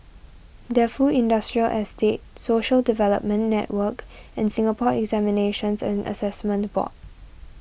Defu Industrial Estate Social Development Network and Singapore Examinations and Assessment Board